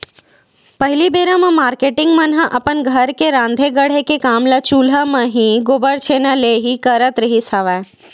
पहिली बेरा म मारकेटिंग मन ह अपन घर के राँधे गढ़े के काम ल चूल्हा म ही, गोबर छैना ले ही करत रिहिस हवय